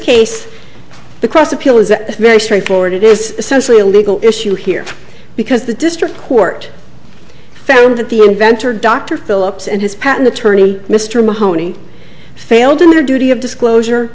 case the cross appeal is a very straightforward it is essentially a legal issue here because the district court found that the inventor dr philips and his patent attorney mr mahoney failed in their duty of disclosure